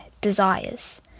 desires